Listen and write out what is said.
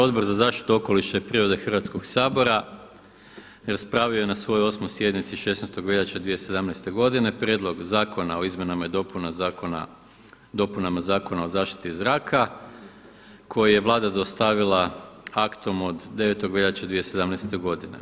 Odbor za zaštitu okoliša i prirode Hrvatskog sabora raspravio je na svojoj 8. sjednici 16. veljače 2017. godine Prijedlog zakona o izmjenama i dopunama Zakona o zaštiti zraka koji je Vlada dostavila aktom od 9. veljače 2017. godine.